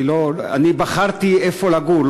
אני בחרתי איפה לגור,